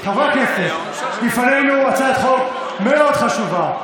חברי הכנסת, לפנינו הצעת חוק מאוד חשובה,